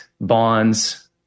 Bonds